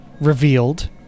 revealed